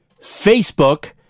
Facebook